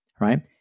Right